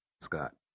Scott